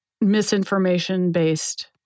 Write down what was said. misinformation-based